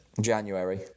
January